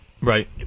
Right